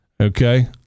Okay